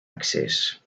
accés